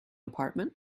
apartment